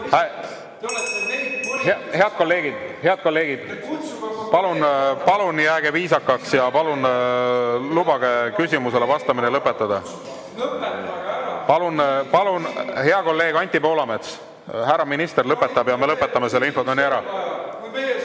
Head kolleegid, palun jääge viisakaks ja palun lubage küsimusele vastamine lõpetada. Hea kolleeg Anti Poolamets! Härra minister lõpetab ja me lõpetame selle infotunni ära.